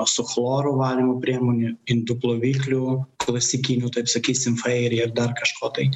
su chloru valymo priemonių indų ploviklių klasikinių taip sakysim fairi ar dar kažko tai